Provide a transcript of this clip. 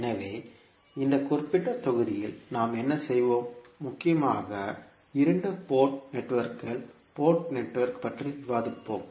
எனவே இந்த குறிப்பிட்ட தொகுதியில் நாம் என்ன செய்வோம் முக்கியமாக இரண்டு போர்ட் நெட்வொர்க்குகள் பற்றி விவாதிப்போம்